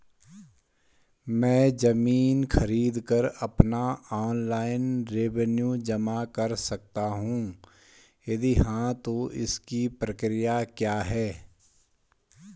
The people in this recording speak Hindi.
मैं ज़मीन खरीद पर अपना ऑनलाइन रेवन्यू जमा कर सकता हूँ यदि हाँ तो इसकी प्रक्रिया क्या है?